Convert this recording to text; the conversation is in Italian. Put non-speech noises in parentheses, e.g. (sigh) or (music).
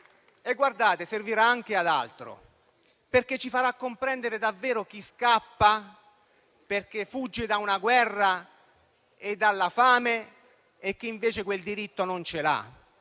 (applause) Servirà anche ad altro, perché ci farà comprendere davvero chi scappa perché fugge da una guerra e dalla fame e chi, invece, quel diritto non ce l'ha.